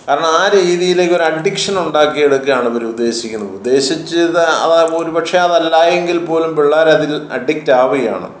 കാരണം ആ രീതിയിലേക്ക് ഒരു അഡിക്ഷൻ ഉണ്ടാക്കിയെടുക്കുകയാണ് ഇവർ ഉദ്ദേശിക്കുന്നത് ഉദ്ദേശിച്ച്ത് അവർ ഒരു പക്ഷെ അത് അല്ല എങ്കിൽപോലും പിള്ളേർ അതിൽ അഡിക്റ്റ് ആവുകയാണ്